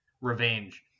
revenge